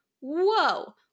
whoa